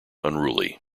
unruly